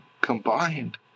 combined